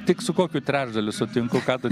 tik su kokiu trečdaliu sutinku ką tu